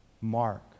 mark